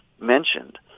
mentioned